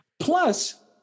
Plus